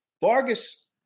Vargas